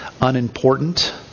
unimportant